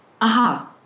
Aha